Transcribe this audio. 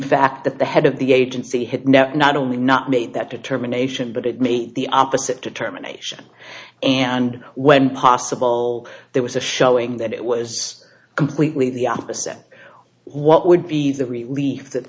fact that the head of the agency had now not only not made that determination but it made the opposite determination and when possible there was a showing that it was completely the opposite what would be the relief that